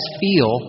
feel